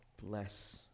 Bless